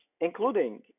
including